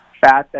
fat